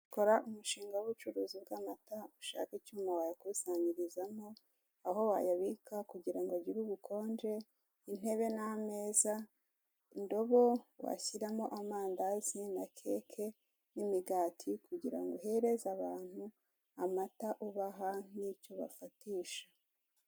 Kora umushinga w'ubucuruzi bw'amata, ushake icyuma wayakusanyirizamo, aho wayabika kugira ngo agire ubukonje, intebe n'ameza, indobo washyiramo amandazi na keke n'imigati, kugira ngo uhereze abantu amata, ubaha n'icyo bafatisha.